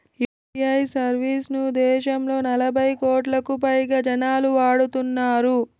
UPI service ను దేశంలో నలభై కోట్లకు పైగా జనాలు వాడుతున్నారు